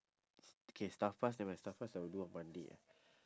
s~ okay staff pass nevermind staff pass I will do on monday ah